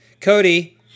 cody